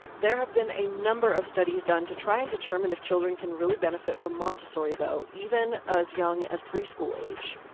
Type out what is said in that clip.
there have been a number of studies done to try and determine if children, can really benefit from montessori though, even as young as preschool age.